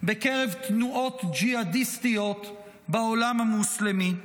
בקרב תנועות ג'יהאדיסטיות בעולם המוסלמי.